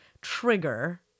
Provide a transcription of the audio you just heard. trigger